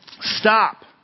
stop